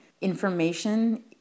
information